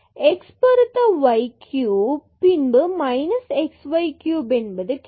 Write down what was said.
x பொருத்த y cube பின்பு minus x y cube என்பது கிடைக்கும்